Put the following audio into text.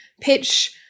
pitch